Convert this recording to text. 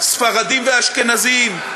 ספרדים ואשכנזים,